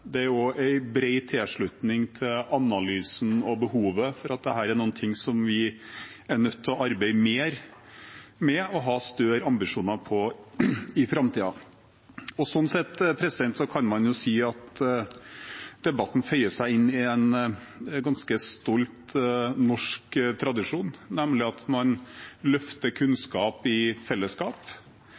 Det er også bred tilslutning til analysen og behovet for at dette er noe vi er nødt til å arbeide mer med og ha større ambisjoner for i framtiden. Sånn sett kan man si at debatten føyer seg inn i en ganske stolt norsk tradisjon, nemlig at man løfter kunnskap i fellesskap,